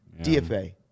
DFA